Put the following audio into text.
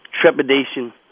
trepidation